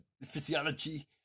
physiology